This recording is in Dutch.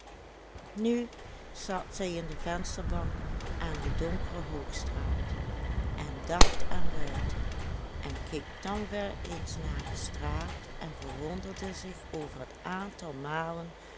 nu zat zij in de vensterbank aan de donkere hoogstraat en dacht aan buiten en keek dan weer eens naar de straat en verwonderde zich over het aantal malen